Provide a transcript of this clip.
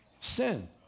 Sin